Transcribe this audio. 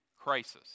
crisis